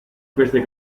queste